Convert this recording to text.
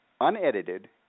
unedited